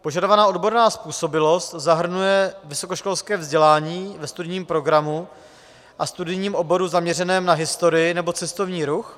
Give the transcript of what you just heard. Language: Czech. Požadovaná odborná způsobilost zahrnuje vysokoškolské vzdělání ve studijním programu a studijním oboru zaměřeném na historii nebo cestovní ruch.